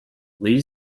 lee